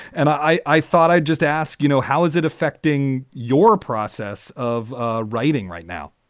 and i i thought i'd just ask, you know, how is it affecting your process of ah writing right now?